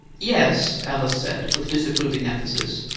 yes, alice said, with disapproving emphasis.